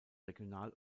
regional